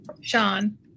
Sean